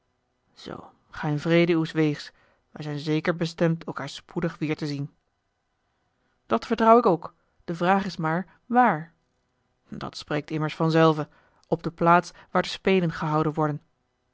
ga in vrede uws weegs wij zijn zeker bestemd elkaâr spoedig weêr te zien dat vertrouw ik ook de vraag is maar waar dat spreekt immers vanzelve op de plaats waar de spelen gehouden worden